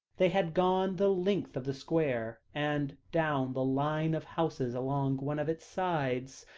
they had gone the length of the square, and down the line of houses along one of its sides,